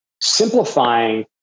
simplifying